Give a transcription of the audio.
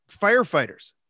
firefighters